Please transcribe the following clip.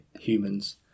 humans